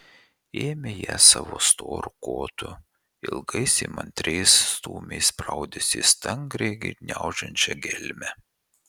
ėmė ją savo storu kotu ilgais įmantriais stūmiais spraudėsi į stangriai gniaužiančią gelmę